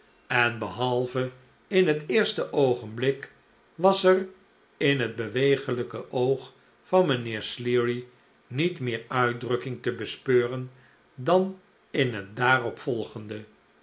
en behalve in het eerste oogenblik was er in het beweeglijke oog van mijnheer sleary niet meer uitdrukking te bespeuren dan in het daarop volgende